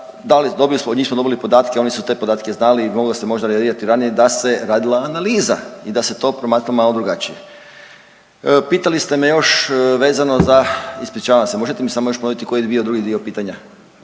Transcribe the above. da od njih smo dobili podatke, oni su te podatke znali i moglo se možda reagirati ranije da se radila analiza i da se to promatralo malo drugačije. Pitali ste me još vezano za, ispričavam se možete mi samo još ponoviti koji je bio drugi dio pitanja?